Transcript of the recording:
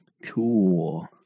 cool